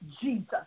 Jesus